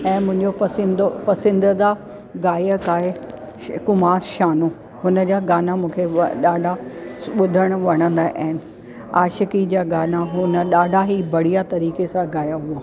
ऐं मुंहिंजो पसिंदो पसंदीदा गायक आहे कुमार शानू हुन जा गाना मूंखे ॾाढा ॿुधण वणंदा आहिनि आशिकी जा गाना हुन ॾाढा ही बढ़िया तरीक़े सां ॻाया हुआ